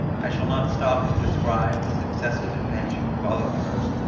i shall not stop to describe the successive inventions of other arts,